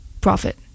profit